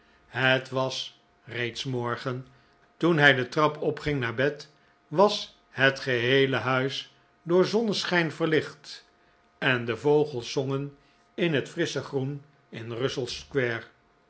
het was reeds morgen toen hij de trap opging naar bed was het geheele huis door zonneschijn verlicht en de vogels zongen in het frissche groen in russell